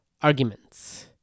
arguments